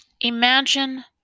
imagine